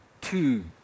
two